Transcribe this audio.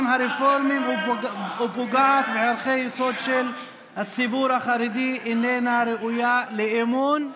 הרפורמיים ופוגעת בערכי יסוד של הציבור החרדי איננה ראויה לאמון.